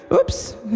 Oops